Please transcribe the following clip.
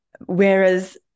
whereas